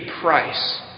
price